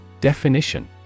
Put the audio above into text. Definition